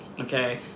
okay